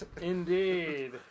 Indeed